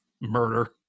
murder